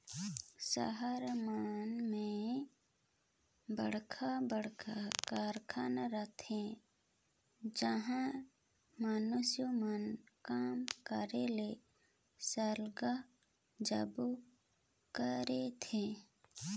सहर मन में बड़खा बड़खा कारखाना रहथे जिहां मइनसे मन काम करे ले सरलग जाबे करथे